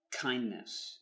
kindness